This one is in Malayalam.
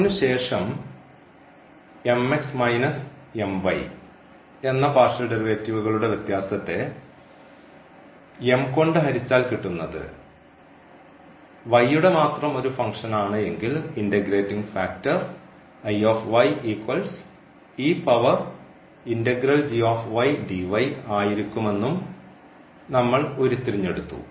അതിനുശേഷം എന്ന പാർഷ്യൽ ഡെറിവേറ്റീവ്കളുടെ വ്യത്യാസത്തെ കൊണ്ട് ഹരിച്ചാൽ കിട്ടുന്നത് യുടെ മാത്രം ഒരു ഫംഗ്ഷനാണ് എങ്കിൽ ഇൻറഗ്രേറ്റിംഗ് ഫാക്ടർ ആയിരിക്കുമെന്നും നമ്മൾ ഉരുത്തിരിഞ്ഞു എടുത്തു